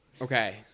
Okay